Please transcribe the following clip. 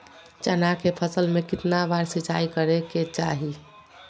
चना के फसल में कितना बार सिंचाई करें के चाहि?